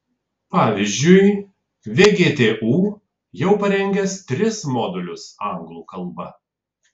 pavyzdžiui vgtu jau parengęs tris modulius anglų kalba